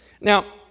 Now